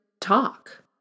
talk